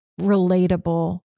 relatable